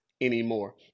anymore